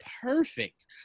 perfect